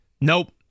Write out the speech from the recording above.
Nope